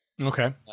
Okay